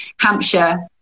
Hampshire